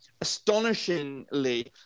astonishingly